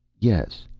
yes.